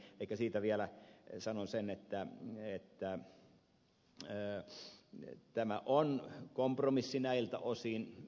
ehkä niistä vielä sanon sen että tämä on kompromissi näiltä osin